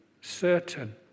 certain